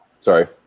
Sorry